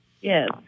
Yes